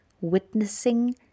witnessing